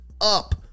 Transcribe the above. up